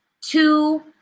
two